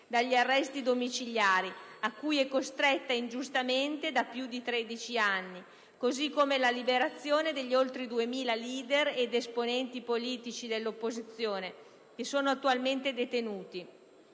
dagli arresti domiciliari a cui è costretta ingiustamente da più di 13 anni, così come la liberazione degli oltre 2.000 leader ed esponenti politici dell'opposizione attualmente detenuti.